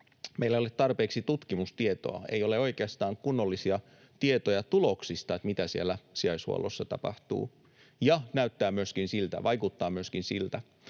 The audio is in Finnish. meillä ei ole tarpeeksi tutkimustietoa. Ei ole oikeastaan kunnollisia tietoja tuloksista, mitä siellä sijaishuollossa tapahtuu, ja näyttää myöskin siltä, vaikuttaa myöskin siltä,